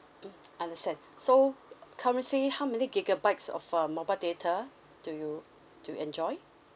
mm understand so currently how many gigabytes of uh mobile data do you do you enjoy